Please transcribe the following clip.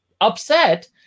upset